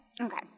Okay